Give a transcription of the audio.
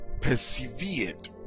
persevered